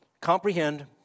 comprehend